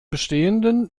bestehenden